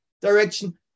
direction